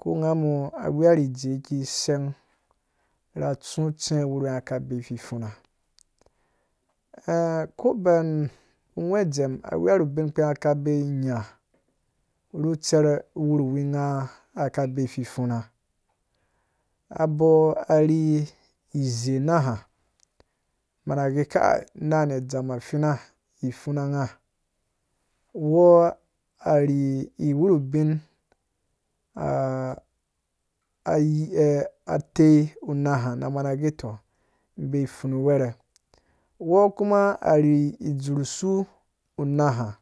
Ko nga mɔ aweya ri ijee yiki sɛng ra tsu tsɛ wurhuwi ngã be ifipfuna ko bɛn nghwe dzɛm awua ru ubin kpi nga ka bei nya ru utserh wurhewi nga ka bei ifipfuna abɔ ari izei nããha mãnã gɛ kai nã nɛ adzam afinã mi pfunã ngã uwɔ ari iwruhubin ayi atei unãhã nã mãnã gɛ tɔ, mbei pfunũ wɛrhɛ uwɔ kuma ari izurh su nãhã